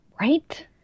Right